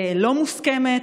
לא מוסכמת.